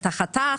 את החתך.